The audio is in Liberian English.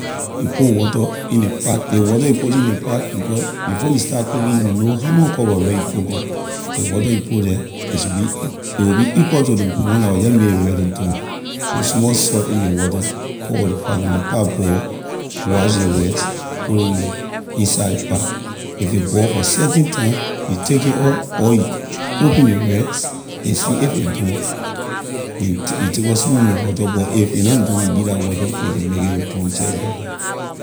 You put water in ley pat ley water you putting in ley pat because before you start cooking you mon how much cup of rice you cooking ley water you put the a should be equa- a will be equal to ley one la will jeh make ley rice to done put small salt in ley water cover ley pat when ley pat boil wash ley rice put ley in ley ho- inside ley pat if a boil for certain time, you take it out or you open ley rice and see if a done and you take you takor small more water but if a na done you lee la water a can make it to done just like that.